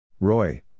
Roy